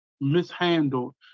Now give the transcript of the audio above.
mishandled